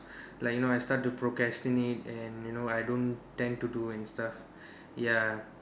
like you know I start to procrastinate and you know I don't tend to do and stuff ya